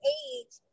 age